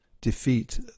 defeat